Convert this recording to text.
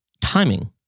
timing